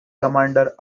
commander